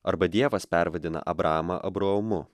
arba dievas pervadina abramą abraomu